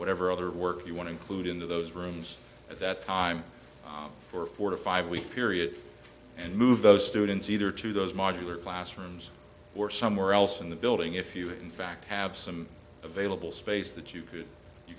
whatever other work you want to include in those rooms at that time for four to five week period and move those students either to those modular classrooms or somewhere else in the building if you in fact have some available space that you could you